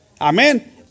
Amen